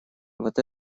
вот